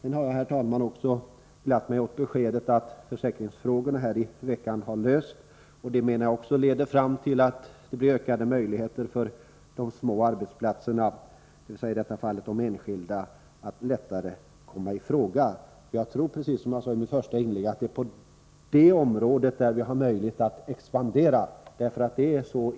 Sedan har jag också, herr talman, glatt mig åt beskedet att försäkringsfrågorna har lösts i veckan. Jag menar att det leder fram till ökade möjligheter för små arbetsplatser, dvs. i detta fall de enskilda arbetsplatserna, att komma i fråga. Jag tror, precis som jag sade i mitt första inlägg, att det är på detta område som vi har möjligheter att expandera.